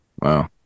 wow